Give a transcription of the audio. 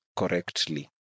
correctly